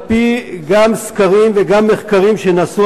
גם על-פי סקרים וגם על-פי מחקרים שנעשו,